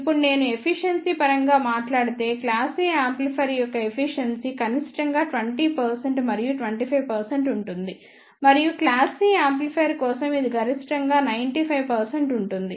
ఇప్పుడు నేను ఎఫిషియెన్సీ పరంగా మాట్లాడితే క్లాస్ A యాంప్లిఫైయర్ యొక్క ఎఫిషియెన్సీ కనిష్టంగా 20 మరియు 25 ఉంటుంది మరియు క్లాస్ C యాంప్లిఫైయర్ కోసం ఇది గరిష్టంగా 95 ఉంటుంది